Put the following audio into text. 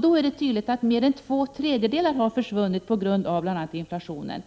Det är då tydligt att mer än två tredjedelar har försvunnit på grund av bl.a. inflationen.